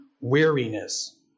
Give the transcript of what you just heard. weariness